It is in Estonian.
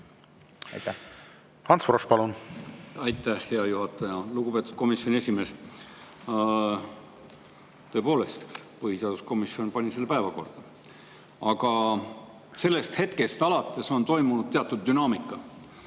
olnud. Ants Frosch, palun! Aitäh, hea juhataja! Lugupeetud komisjoni esimees! Tõepoolest, põhiseaduskomisjon pani selle päevakorda. Aga sellest ajast on toimunud teatud dünaamika.